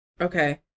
Okay